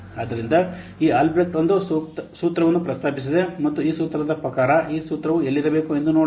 ಆದ್ದರಿಂದ ಈ ಆಲ್ಬ್ರೆಕ್ಟ್ ಒಂದು ಸೂತ್ರವನ್ನು ಪ್ರಸ್ತಾಪಿಸಿದೆ ಮತ್ತು ಈ ಸೂತ್ರದ ಪ್ರಕಾರ ಈ ಸೂತ್ರವು ಎಲ್ಲಿರಬೇಕು ಎಂದು ನೋಡೋಣ